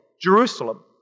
Jerusalem